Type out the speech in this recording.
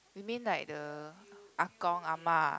you mean like the Ah Gong ah ma